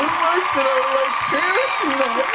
like that i like fantasy